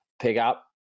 pickup